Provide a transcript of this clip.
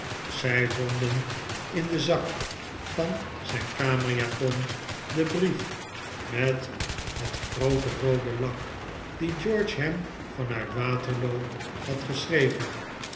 zij vonden in den zak van zijn kamerjapon den brief met het groote roode lak dien george hem van uit waterloo had geschreven